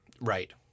Right